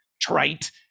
trite